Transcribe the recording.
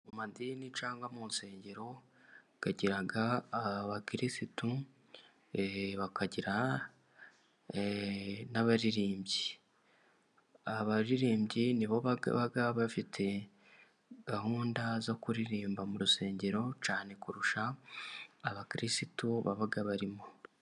Mu madini cyangwa mu nsengero bagira aba kirisitu, bakagira n'abaririmbyi. Abaririmbyi nibo baba bafite gahunda zo kuririmba mu rusengero cyane, kurusha aba kirisitu baba barimo.